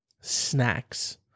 snacks